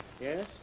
yes